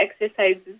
exercises